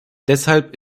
deshalb